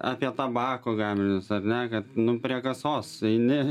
apie tabako gaminius ar ne kad nu prie kasos eini